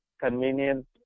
Convenient